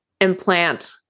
implant